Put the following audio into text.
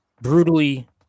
brutally